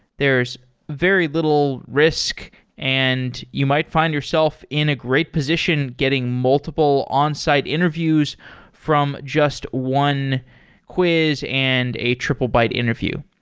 there's very little risk and you might find yourself in a great position getting multiple onsite interviews from just one quiz and a triplebyte interview.